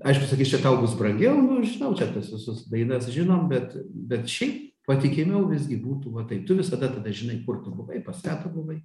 aišku sakys čia tau bus brangiau nu aš žinau čia tuos visus dainas žinom bet bet šiaip patikimiau visgi būtų va taip tu visada tada žinai kur tu buvai pas ką tu buvai